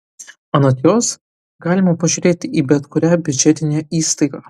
anot jos galima pažiūrėti į bet kurią biudžetinę įstaigą